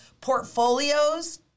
portfolios